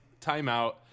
timeout